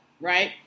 right